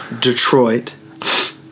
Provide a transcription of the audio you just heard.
Detroit